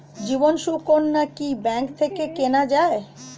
জীবন সুকন্যা কি ব্যাংক থেকে কেনা যায়?